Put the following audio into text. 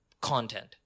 content